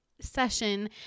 session